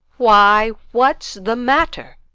why, what's the matter?